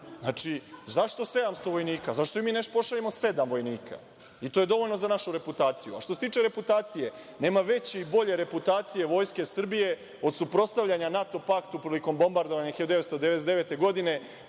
Znači, zašto 700 vojnika? Zašto i mi ne pošaljemo sedam vojnika? To je dovoljno za našu reputaciju. Što se tiče reputacije, nema veće i bolje reputacije Vojske Srbije od suprotstavljanja NATO paktu prilikom bombardovanja 1999. godine.